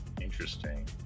interesting